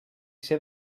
ser